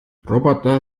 roboter